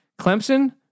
Clemson